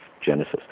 Genesis